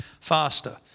faster